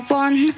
one